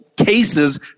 cases